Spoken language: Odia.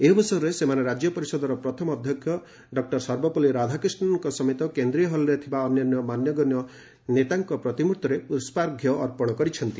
ଏହି ଅବସରରେ ସେମାନେ ରାଜ୍ୟପରିଷଦର ପ୍ରଥମ ଅଧ୍ୟକ୍ଷ ଡଃ ସର୍ବପଲ୍ଲୀ ରାଧାକ୍ରିଷ୍ଣନଙ୍କ ସମେତ କେନ୍ଦ୍ରୀୟ ହଲ୍ରେ ଥିବା ଅନ୍ୟାନ୍ୟ ମାନ୍ୟଗଣ୍ୟ ନେତାଙ୍କ ପ୍ରତିମ୍ଭର୍ତ୍ତିରେ ପ୍ରଷ୍ପାର୍ଘ୍ୟ ଅର୍ପଣ କରିଛନ୍ତି